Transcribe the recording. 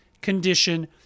condition